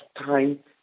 time